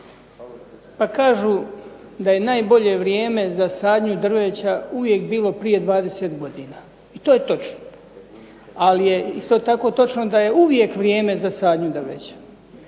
pa kažu da je najbolje vrijeme za sadnju drveća uvijek bilo prije 20 godina. I to je točno. Ali je isto tako točno daje uvijek vrijeme za sadnju drveća.